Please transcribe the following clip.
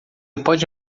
pode